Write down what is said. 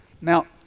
Now